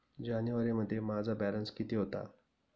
जानेवारीमध्ये माझा बॅलन्स किती होता?